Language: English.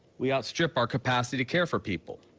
we outstrip our capacity care for people.